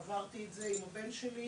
כמי שעברה את זה עם הבן שלה,